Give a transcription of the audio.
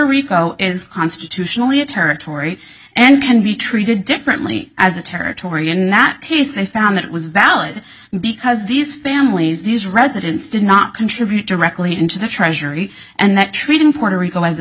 rico is constitutionally a territory and can be treated differently as a territory in that case they found that it was valid because these families these residents did not contribute directly into the treasury and that treating puerto rico a